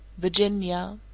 virginia.